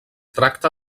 tracta